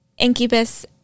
Incubus